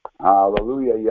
Hallelujah